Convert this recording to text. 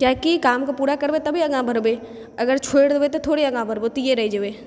किआकि कामके पूरा करबै तबे आगाँ बढ़बै अगर छोड़ि देबै तऽ थोड़े आगाँ बढ़बै ओतै रहि जेबै